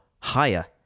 higher